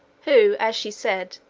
who, as she said,